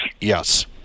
Yes